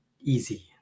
easy